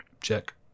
Check